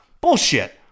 Bullshit